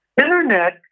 Internet